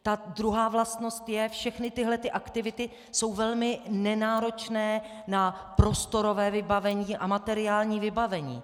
Ta druhá vlastnost je všechny tyto aktivity jsou velmi nenáročné na prostorové vybavení a materiální vybavení.